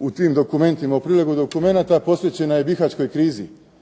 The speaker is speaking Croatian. u tim dokumentima, u prilogu dokumenata, posvećena je bihaćkoj krizi.